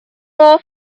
all